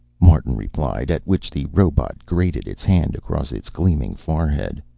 martin replied, at which the robot grated its hand across its gleaming forehead.